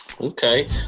Okay